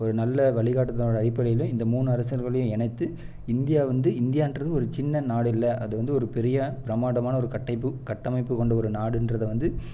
ஒரு நல்ல வழிகாட்டுதல்னோட அடிப்படையில் இந்த மூணு அரசர்களையும் இணைத்து இந்தியா வந்து இந்தியான்றது ஒரு சின்ன நாடு இல்லை அது வந்து ஒரு பெரிய பிரம்மாண்டமான ஒரு கட்டைப்பு கட்டமைப்பு கொண்ட ஒரு நாடுன்றதை வந்து